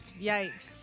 Yikes